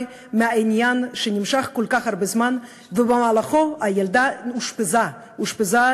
מהעניין שנמשך כל כך הרבה זמן ושבמהלכו הילדה אושפזה,